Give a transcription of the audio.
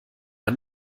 man